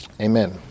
Amen